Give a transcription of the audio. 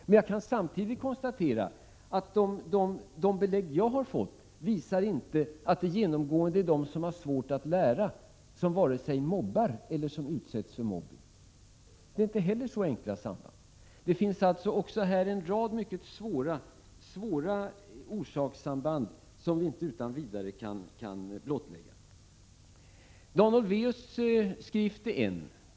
Men jag kan samtidigt konstatera att det jag fått redovisat för mig ger inte belägg för att det genomgående är de barn som har svårt att lära sig som vare sig mobbar eller utsätts för mobbning. Så enkla är inte sambanden. Även därvidlag finns således en rad mycket svåra orsakssamband, som vi inte utan vidare kan klarlägga. Dan Olweus skrift är ert inlägg i diskussionen.